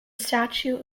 statue